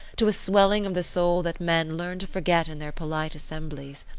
to a swelling of the soul that men learn to forget in their polite assemblies.